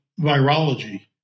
virology